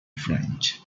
french